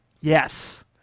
Yes